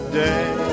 day